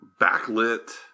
backlit